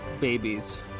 babies